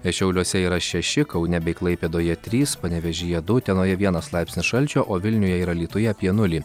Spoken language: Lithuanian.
e šiauliuose yra šeši kaune bei klaipėdoje trys panevėžyje du utenoje vienas laipsnio šalčio o vilniuje ir alytuje apie nulį